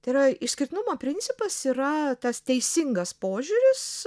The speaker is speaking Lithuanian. tai yra išskirtinumo principas yra tas teisingas požiūris